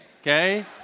okay